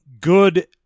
good